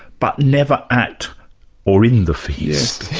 but never at or in the feast.